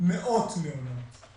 מאות מעונות.